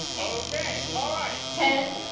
okay, alright. ten,